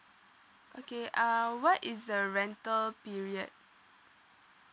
okay uh what is the rental period